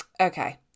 okay